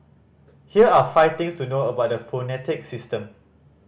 here are five things to know about the phonetic system